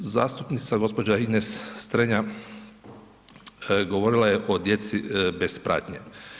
Zastupnica gospođa Ines Strenja govorila je o djeci bez pratnje.